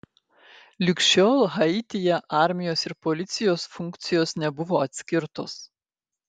lig šiol haityje armijos ir policijos funkcijos nebuvo atskirtos